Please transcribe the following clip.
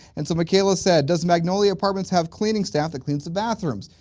and so, mikayla said, does magnolia apartments have cleaning staff that cleans the bathrooms?